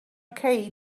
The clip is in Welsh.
cei